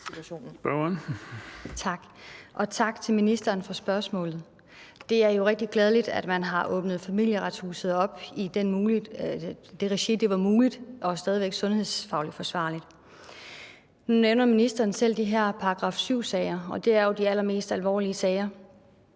tak til ministeren for besvarelsen. Det er jo rigtig glædeligt, at man har åbnet Familieretshuset op i det regi, det var muligt og stadig væk sundhedsfagligt forsvarligt. Nu nævner ministeren selv de her § 7-sager, og det er jo de allermest alvorlige sager.